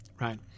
right